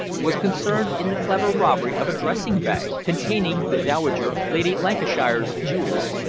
was concerned in the clever robbery of a dressing-bag, containing the dowager lady lancashire's jewels,